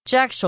Jack